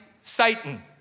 Satan